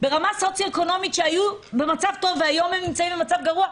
ברמה סוציו-אקונומית שהיו במצב טוב והיום נמצאים במצב גרוע.